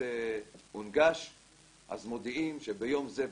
אין פה מתאר קולי.